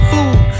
Food